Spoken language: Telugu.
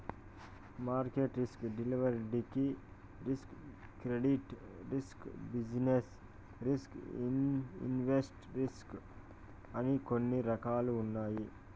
market risk liquidity risk credit risk business risk invest risk అని కొన్ని రకాలున్నాయి